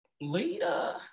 Later